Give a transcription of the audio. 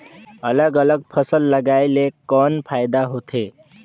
अलग अलग फसल लगाय ले कौन फायदा होथे?